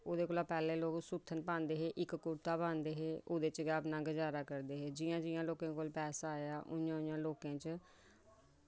ओह्दे कोला पैह्लें लोग सुत्थन पांदे हे इक कुरता पांदे हे ओह्दे बिच्च गै अपना गजारा करदे हे जियां जियां लोकें कोल पैसा आया उयां उयां लोकें च